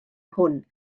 hwn